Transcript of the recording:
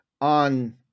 on